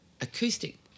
acoustic